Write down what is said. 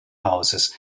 houses